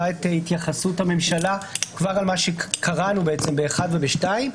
את התייחסות הממשלה כבר על מה שקראנו ב-(1) ו-(2).